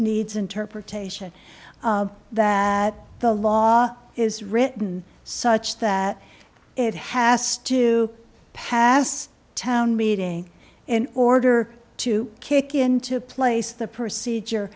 needs interpretation that the law is written such that it has to pass town meeting in order to kick into place the procedure